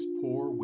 poor